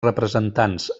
representants